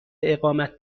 اقامت